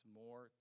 more